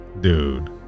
Dude